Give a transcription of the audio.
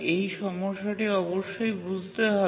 এই সমস্যাটি অবশ্যই বুঝতে হবে